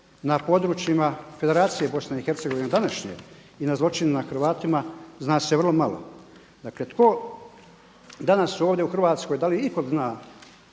na područjima Federacije Bosne i Hercegovine današnje i na zločinima na Hrvatima zna se vrlo malo. Dakle, tko danas ovdje u Hrvatskoj, da li itko zna